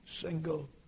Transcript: single